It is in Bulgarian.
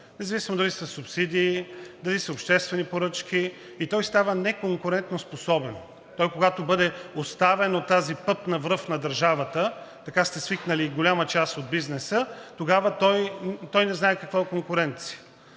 независимо дали са субсидии, дали са обществени поръчки, и той става неконкурентоспособен. Когато бъде оставен от тази пъпна връв на държавата – така сте свикнали и в голяма част от бизнеса, тогава той не знае какво е конкуренция.